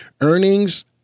Earnings